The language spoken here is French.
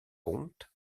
comte